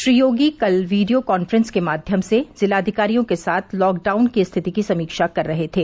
श्री योगी कल video conference के माध्यम से जिलाधिकारियों के साथ लॉकडाउन की स्थिति की समीक्षा कर रहे थे